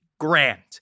grand